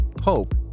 Hope